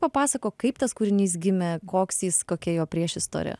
papasakok kaip tas kūrinys gimė koks jis kokia jo priešistorė